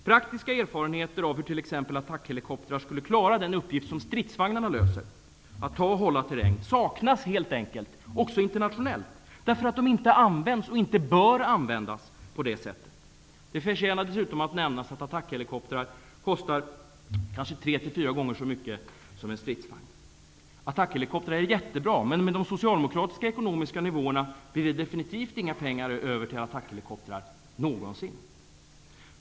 Praktiska erfarenheter av hur t.ex. attackhelikoptrar skulle klara den uppgift som stridsvagnarna löser -- att ta och hålla terräng -- saknas helt enkelt också internationellt därför att de inte används och inte bör användas på det sättet. Det förtjänar dessutom att nämnas att attackhelikoptrar kostar kanske tre till fyra gånger så mycket som stridsvagnar. Attackhelikoptrar är jättebra, men med de socialdemokratiska nivåerna blir det definitivt inga pengar över till attackhelikoptrar -- någonsin.